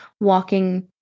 walking